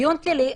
דיון כללי,